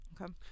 Okay